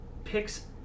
Picks